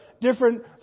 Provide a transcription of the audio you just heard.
different